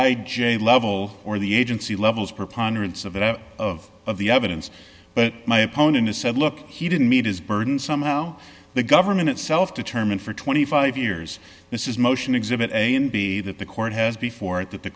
i j level or the agency levels preponderance of the of the evidence but my opponent has said look he didn't meet his burden somehow the government itself determine for twenty five years this is motion exhibit a and b that the court has before it that the